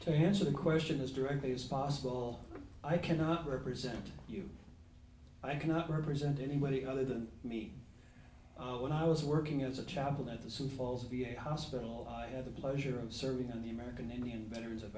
here's the question as directly as possible i cannot represent you i cannot represent anybody other than me when i was working as a chaplain at the sioux falls v a hospital i had the pleasure of serving on the american indian veterans